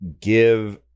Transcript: give